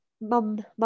Mum